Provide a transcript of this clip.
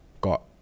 got